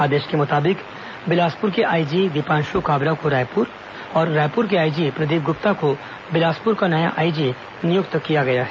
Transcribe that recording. आदेश के मुताबिक बिलासपुर के आईजी दीपांश काबरा को रायपुर और रायपुर के आईजी प्रदीप गुप्ता को बिलासपुर का नया आईजी नियुक्त किया गया है